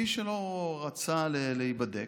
מי שלא רצה להיבדק,